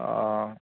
অ'